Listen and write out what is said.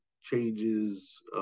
changes